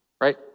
right